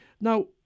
Now